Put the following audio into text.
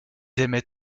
aimaient